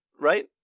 Right